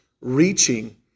reaching